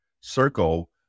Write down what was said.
circle